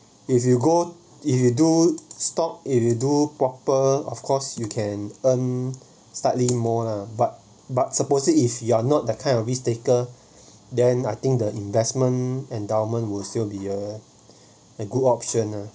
if you go if you do stop if you do proper of course you can earn slightly more lah but but supposedly if you are not the kind of risk taker then I think the investment endowment will still be a a good option eh